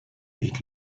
eat